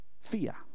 fear